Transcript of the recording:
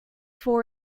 for